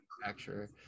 manufacturer